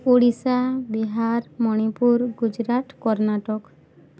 Odisha Bihar Manipur Gujarat Karnataka